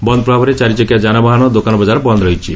ବନ୍ଦ୍ ପ୍ରଭାବରେ ଚାରିଚକିଆ ଯାନବାହନ ଦୋକାନ ବଜାର ବନ୍ଦ୍ ରହିଛି